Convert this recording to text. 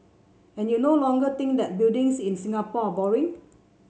and you no longer think that buildings in Singapore are boring